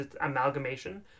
amalgamation